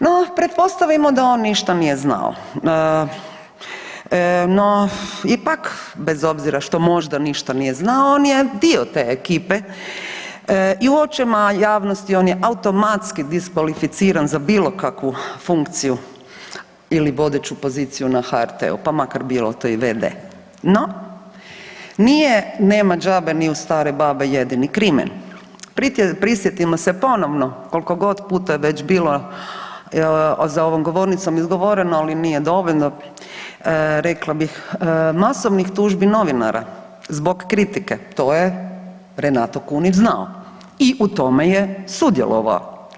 No, pretpostavimo da on ništa nije znao, no ipak bez obzira što možda ništa nije znao on je dio te ekipe i u očima javnosti on je automatski diskvalificiran za bilo kakvu funkciju ili vodeću poziciju na HRT-u pa makar bilo i v.d. No, nije nema đabe ni u stare babe jedini krimen, prisjetimo se ponovno koliko god puta već bilo za ovom govornicom izgovoreno, ali nije dovoljno rekla bih masovnih tužbi novinara zbog kritike to je Renato Kunić znao i u tome je sudjelovao.